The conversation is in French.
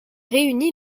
réunie